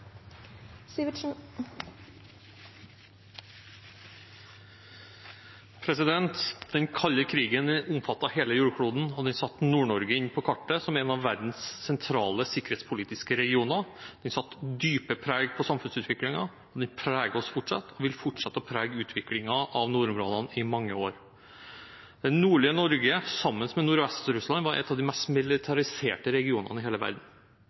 Den kalde krigen omfattet hele jordkloden, og den satte Nord-Norge inn på kartet som en av verdens sentrale sikkerhetspolitiske regioner. Den satte sitt dype preg på samfunnsutviklingen, den preger oss fortsatt og vil fortsette å prege utviklingen av nordområdene i mange år. Det nordlige Norge, sammen med Nordvest-Russland, var en av de mest militariserte regionene i hele verden.